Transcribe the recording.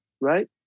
right